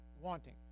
wanting